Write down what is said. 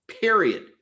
period